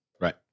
Right